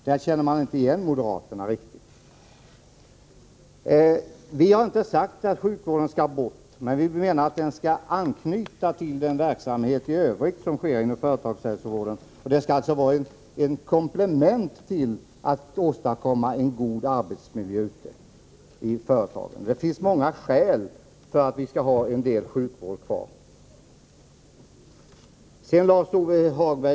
Där känner man inte igen moderaterna riktigt. Vi har inte sagt att sjukvården skall bort, men vi menar att den skall anknyta till den verksamhet i övrigt som sker inom företagshälsovården. Den skall vara ett komplement för att åstadkomma en god arbetsmiljö i företagen. Det finns många skäl till att vi skall ha en del sjukvård kvar.